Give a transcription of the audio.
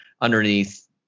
underneath